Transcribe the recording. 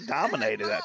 dominated